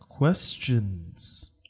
Questions